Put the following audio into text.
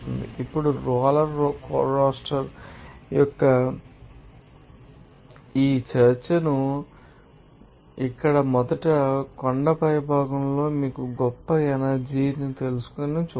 ఇప్పుడు roller coaster యొక్క ఈ చర్చను ఇక్కడ మొదటి కొండ పైభాగంలో మీకు గొప్ప ఎనర్జీ ఎనర్జీ తెలుసా అని చూద్దాం